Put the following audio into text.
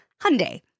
Hyundai